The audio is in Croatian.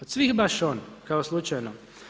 Od svih baš on, kao slučajno.